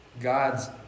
God's